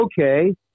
okay